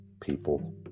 people